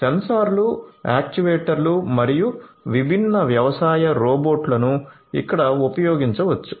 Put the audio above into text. సెన్సార్లు యాక్యుయేటర్లు మరియు విభిన్న వ్యవసాయ రోబోట్లను ఇక్కడ ఉపయోగించవచ్చు